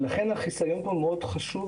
ולכן החיסיון הוא מאוד חשוב,